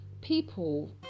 people